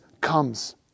comes